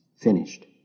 Finished